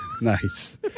Nice